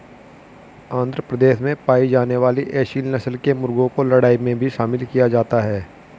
आंध्र प्रदेश में पाई जाने वाली एसील नस्ल के मुर्गों को लड़ाई में भी शामिल किया जाता है